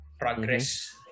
progress